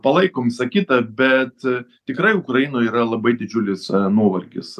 palaikom visa kita bet tikrai ukrainoj yra labai didžiulis nuovargis